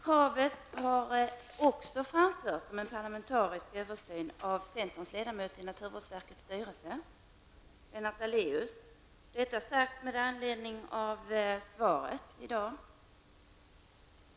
Kravet på en parlamentarisk översyn har även framförts av centerns ledamöter i naturvårdsverkets styrelse. Detta säger jag med tanke på det svar som har getts i dag.